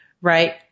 right